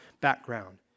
background